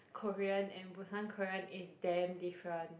Korean and Busan Korean is damn different